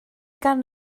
gan